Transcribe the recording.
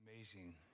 Amazing